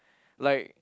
like